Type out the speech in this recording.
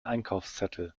einkaufszettel